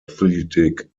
athletic